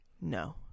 No